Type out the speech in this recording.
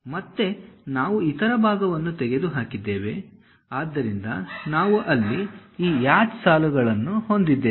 ಮತ್ತೆ ನಾವು ಇತರ ಭಾಗವನ್ನು ತೆಗೆದುಹಾಕಿದ್ದೇವೆ ಆದ್ದರಿಂದ ನಾವು ಅಲ್ಲಿ ಈ ಹ್ಯಾಚ್ ಸಾಲುಗಳನ್ನು ಹೊಂದಿದ್ದೇವೆ